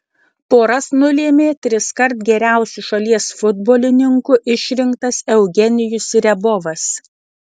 poras nulėmė triskart geriausiu šalies futbolininku išrinktas eugenijus riabovas